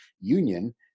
Union